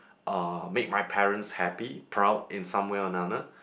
uh make my parents happy proud in some way or another